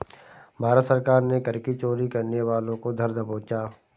भारत सरकार ने कर की चोरी करने वालों को धर दबोचा